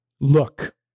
Look